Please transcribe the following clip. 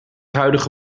huidige